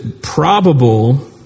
probable